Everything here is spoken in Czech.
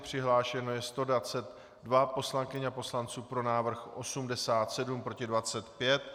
Přihlášeno je 122 poslankyň a poslanců, pro návrh 87, proti 25.